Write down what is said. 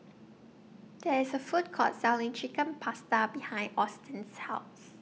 There IS A Food Court Selling Chicken Pasta behind Austen's House